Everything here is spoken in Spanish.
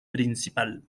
principal